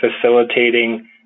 facilitating